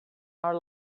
our